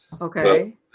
Okay